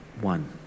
one